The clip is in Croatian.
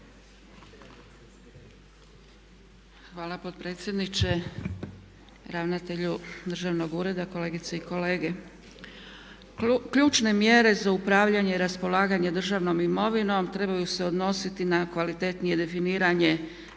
Hvala potpredsjedniče, ravnatelju državnog ureda, kolegice i kolege. Ključne mjere za upravljanje i raspolaganje državnom imovinom trebaju se odnositi na kvalitetnije definiranje